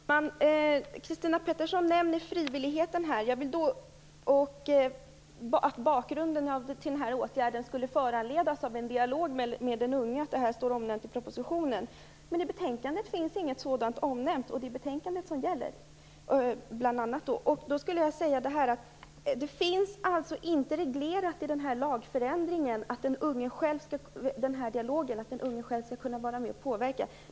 Fru talman! Christina Pettersson nämner frivilligheten och att åtgärden skulle föregås av en dialog med den unge och säger att detta står omnämnt i propositionen. Men i betänkandet finns inget sådant omnämnt. Det är betänkandet som gäller, bl.a. Denna dialog finns inte reglerad i lagförslaget, att den unge själv skall kunna vara med och påverka.